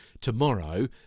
tomorrow